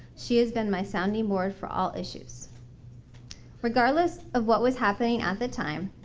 she has been my sounding board for all issues regardless of what was happening at the time.